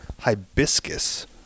hibiscus